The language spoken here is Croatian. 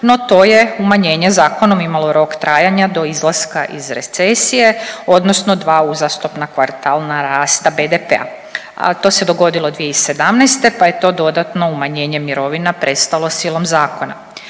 no to je umanjenje zakonom imalo rok trajanja do izlaska iz recesije, odnosno dva uzastopna kvartalna rasta BDP-a, a to se dogodilo 2017. pa je to dodatno umanjenje mirovina prestalo silom zakona.